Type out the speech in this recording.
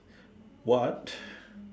what